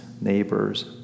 neighbors